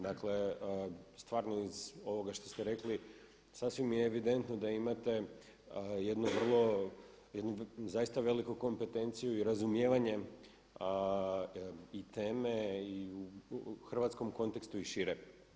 Dakle stvarno iz ovoga što ste rekli sasvim je evidentno da imate jednu vrlo, jednu zaista veliku kompetenciju i razumijevanje i teme i u hrvatskom kontekstu i šire.